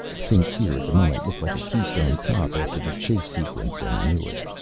st. cyr at the moment looked like a keystone kop after the chase sequence, and knew it.